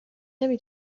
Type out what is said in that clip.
نمی